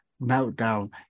meltdown